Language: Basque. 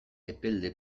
epelde